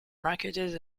marketed